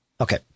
Okay